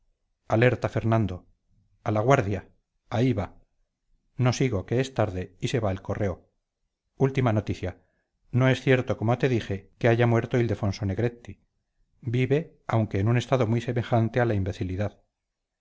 alerta fernando a la guardia ahí va no sigo que es tarde y se va el correo última noticia no es cierto como te dije que haya muerto ildefonso negretti vive aunque en un estado muy semejante a la imbecilidad